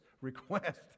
request